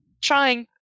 trying